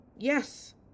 Yes